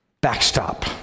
backstop